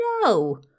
No